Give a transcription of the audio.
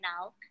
now